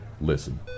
listen